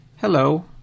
hello